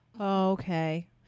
Okay